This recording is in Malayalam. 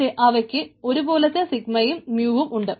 പക്ഷേ അവക്ക് ഒരു പോലത്തെ സിഗ്മയും മ്യൂവും ഉണ്ട്